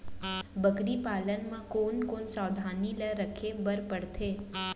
बकरी पालन म कोन कोन सावधानी ल रखे बर पढ़थे?